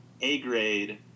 A-grade